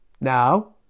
now